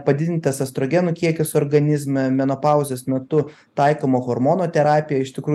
padidintas estrogenų kiekis organizme menopauzės metu taikoma hormonoterapija iš tikrųjų